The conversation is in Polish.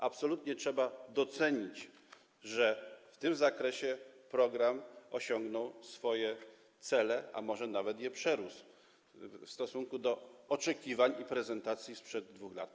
Absolutnie trzeba docenić, że w tym zakresie program osiągnął cele, a może nawet je przerósł w stosunku do oczekiwań i prezentacji sprzed 2 lat.